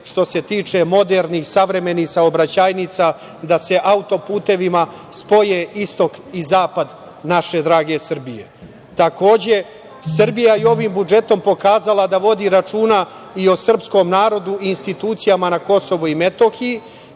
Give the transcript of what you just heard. što se tiče modernih, savremenih saobraćajnica, da se autoputevima spoje istog i zapad naše drage Srbije. Takođe, Srbija je ovim budžetom pokazala da vodi računa i o srpskom narodu i institucijama na KiM,